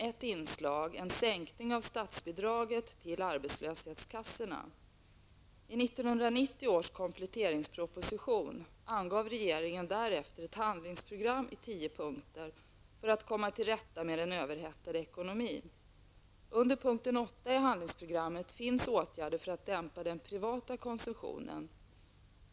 1) angav regeringen därefter ett handlingsprogram i tio punkter för att komma till rätta med den överhettade ekonomin. Under punkten åtta i handlingsprogrammet finns åtgärder för att dämpa den privata konsumtionen.